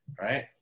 Right